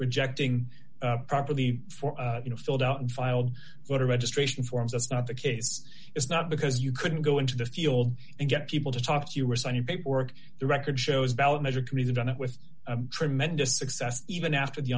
rejecting properly for filled out and filed voter registration forms as not the case it's not because you couldn't go into the field and get people to talk to you or sign your paperwork the record shows ballot measure commuted on it with tremendous success even after the